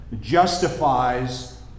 justifies